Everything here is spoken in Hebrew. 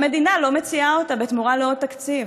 והמדינה לא מציעה אותה בתמורה לעוד תקציב.